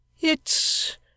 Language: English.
It's